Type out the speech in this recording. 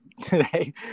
today